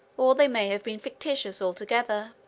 or they may have been fictitious altogether.